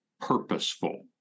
purposeful